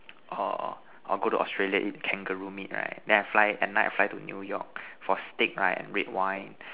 or or go to Australia eat kangaroo meat right then I fly at night fly to new York for steak right and red wine